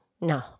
No